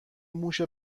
موش